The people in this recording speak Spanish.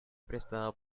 prestado